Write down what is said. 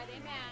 amen